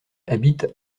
habitent